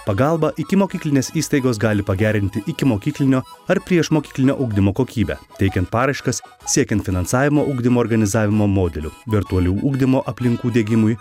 pagalba ikimokyklinės įstaigos gali pagerinti ikimokyklinio ar priešmokyklinio ugdymo kokybę teikiant paraiškas siekiant finansavimo ugdymo organizavimo modelių virtualių ugdymo aplinkų diegimui